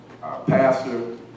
Pastor